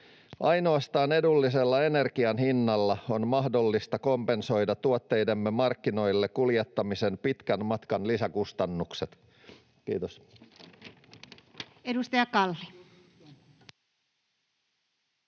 Ainoastaan edullisella energian hinnalla on mahdollista kompensoida tuotteidemme markkinoille kuljettamisen pitkän matkan lisäkustannukset. — Kiitos.